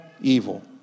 evil